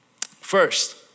First